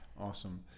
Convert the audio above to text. awesome